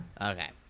Okay